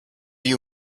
you